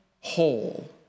whole